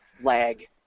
lag